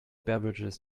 beverages